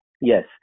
yes